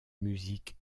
musiques